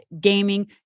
gaming